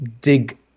dig